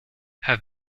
have